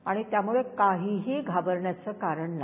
आणि त्यामुळे काहीही घाबरण्याचं कारण नाही